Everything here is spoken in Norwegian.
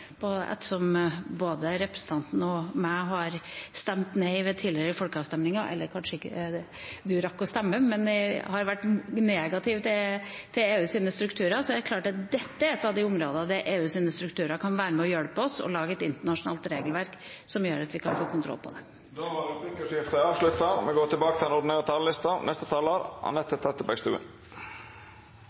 Både representanten og jeg har stemt nei ved tidligere folkeavstemninger – eller kanskje ikke representanten rakk å stemme, men har vært negativ til EUs strukturer. Men dette er et av de områdene der EUs strukturer kan være med og hjelpe oss med å lage et internasjonalt regelverk som gjør at vi kan få kontroll på det. Då er replikkordskiftet avslutta. Dei talarane som heretter får ordet, har ei taletid på inntil 3 minutt. Statsråden sa det til